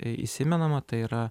įsimenama tai yra